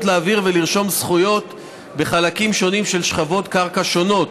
להעביר ולרשום זכויות בחלקים שונים של שכבות קרקע שונות.